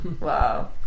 wow